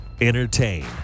Entertain